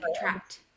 contract